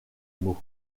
mot